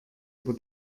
über